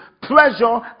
Pleasure